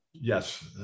Yes